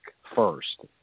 first